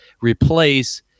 replace